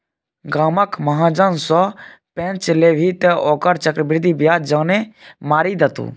गामक महाजन सँ पैंच लेभी तँ ओकर चक्रवृद्धि ब्याजे जान मारि देतौ